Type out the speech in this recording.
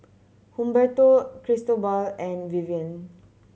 Humberto Cristobal and Vivian